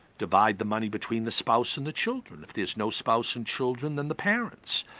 divide the money between the spouse and the children. if there's no spouse and children, then the parents.